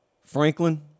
Franklin